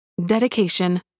dedication